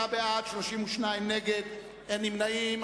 56 בעד, 32 נגד, אין נמנעים.